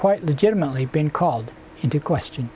quite legitimately been called into question